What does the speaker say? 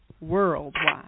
worldwide